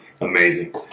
Amazing